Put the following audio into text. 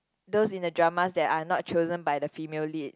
those in the dramas that are not chosen by the female lead